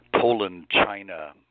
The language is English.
Poland-China